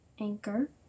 Anchor